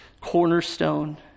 cornerstone